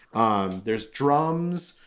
um there's drums.